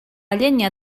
llenya